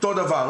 אותו הדבר.